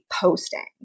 posting